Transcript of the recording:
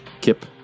Kip